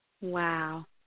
Wow